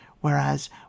Whereas